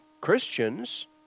Christians